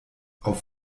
auf